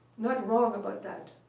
not wrong about that.